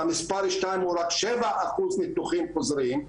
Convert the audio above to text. כשהמספר בעולם הוא רק שבעה אחוז של ניתוחים חוזרים.